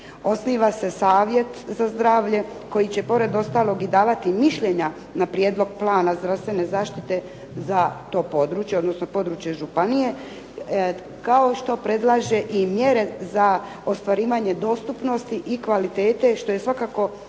Osniva se savjet za zdravlje koji će pored ostalog i davati mišljenja na prijedlog plana zdravstvene zaštite za to područje odnosno područje županije kao što predlaže i mjere za ostvarivanje dostupnosti i kvalitete što je svakako